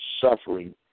suffering